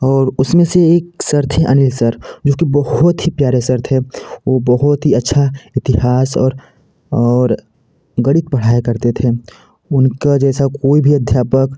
और उसमें से एक सर थे अनिल सर जो कि बहुत ही प्यारे सर थे वो बहुत ही अच्छा इतिहास और और गणित पढ़ाया करते थे उनके जैसा कोई भी अध्यापक